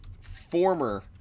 former